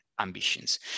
ambitions